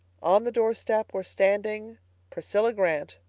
on the doorstep were standing priscilla grant,